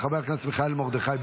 לא אושרה,